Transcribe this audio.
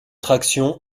traction